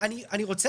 אני רוצה